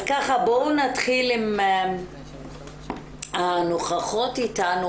בואו נתחיל עם הנוכחות איתנו